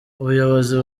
ubuyobozi